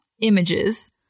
images